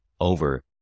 over